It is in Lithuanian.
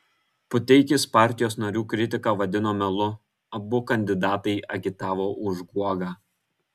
puteikis partijos narių kritiką vadina melu abu kandidatai agitavo už guogą